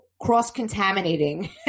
cross-contaminating